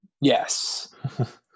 Yes